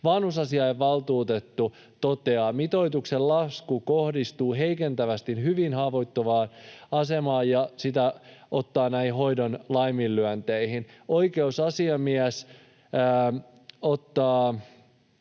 Vanhusasiainvaltuutettu toteaa, että mitoituksen lasku kohdistuu heikentävästi hyvin haavoittuvassa asemassa oleviin, ja ottaa kantaa näihin hoidon laiminlyönteihin. Oikeusasiamies ottaa